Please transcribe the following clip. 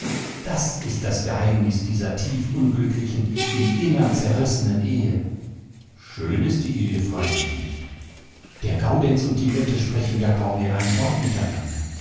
das ist das geheimnis dieser tief unglücklichen im innern zerrissenen ehe schön ist die ehe freilich nicht der gaudenz und die mette sprechen ja kaum mehr ein wort miteinander